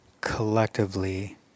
collectively